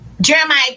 Jeremiah